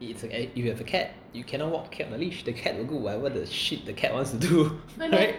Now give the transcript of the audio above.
it's if you have a cat you cannot walk the cat on a leash the cat will do whatever the shit the cat wants do right